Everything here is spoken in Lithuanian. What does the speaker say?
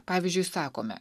pavyzdžiui sakome